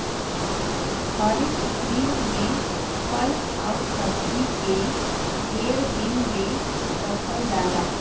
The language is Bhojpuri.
हरित गृह में फल आउर सब्जी के ढेर दिन ले रखल जाला